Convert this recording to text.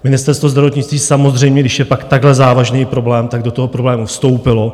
Ministerstvo zdravotnictví samozřejmě, když je pak takhle závažný problém, tak do toho problému vstoupilo.